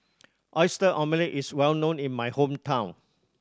Oyster Omelette is well known in my hometown